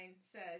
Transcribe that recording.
says